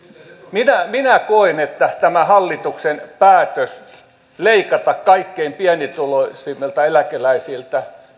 minä minä koen että tämä hallituksen päätös leikata kaikkein pienituloisimmilta eläkeläisiltä